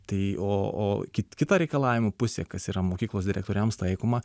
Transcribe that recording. tai o o ki kita reikalavimų pusė kas yra mokyklos direktoriams taikoma